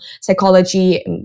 Psychology